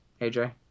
AJ